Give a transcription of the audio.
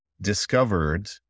discovered